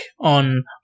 on